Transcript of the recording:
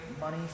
money